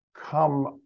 come